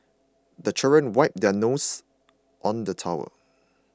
the children wipe their nose on the towel